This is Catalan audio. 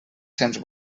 cents